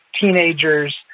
teenagers